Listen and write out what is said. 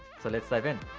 so let's dive in.